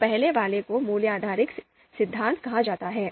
तो पहले वाले को मूल्य आधारित सिद्धांत कहा जाता है